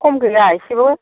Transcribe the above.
खम गैया एसेबो